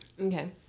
Okay